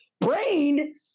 brain